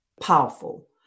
powerful